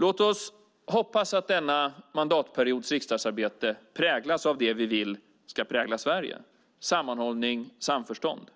Låt oss hoppas att denna mandatperiods riksdagsarbete präglas av det vi vill ska prägla Sverige - sammanhållning och samförstånd.